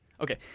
Okay